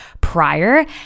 prior